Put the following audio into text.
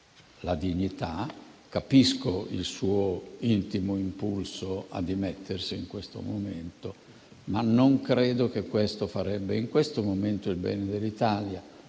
la dignità. Capisco il suo intimo impulso a dimettersi in questo momento, ma non credo che, ora, questo farebbe il bene dell'Italia,